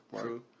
True